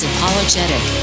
Apologetic